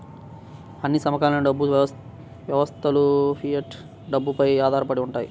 అన్ని సమకాలీన డబ్బు వ్యవస్థలుఫియట్ డబ్బుపై ఆధారపడి ఉంటాయి